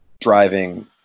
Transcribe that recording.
driving